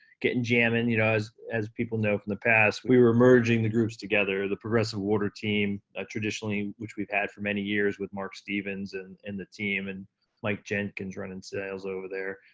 getting jamming you know, as as people know from the past. we were merging the groups together, the progressive water team, ah traditionally, which we've had for many years with marc stevens in and and the team, and mike jenkins running sales over there,